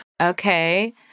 Okay